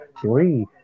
Three